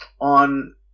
on